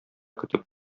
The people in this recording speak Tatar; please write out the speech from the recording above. көтеп